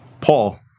Paul